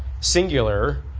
singular